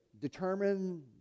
determine